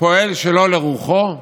פועל שלא לרוחו?